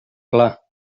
clar